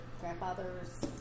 grandfather's